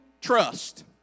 trust